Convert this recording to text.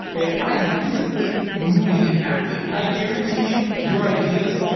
kay, i'm physically moving and active. i guarantee you, your ideas,